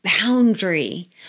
boundary